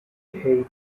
eight